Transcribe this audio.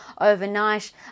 overnight